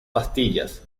pastillas